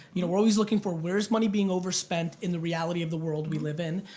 you know we're always looking for where's money being overspent in the reality of the world we live in.